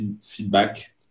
feedback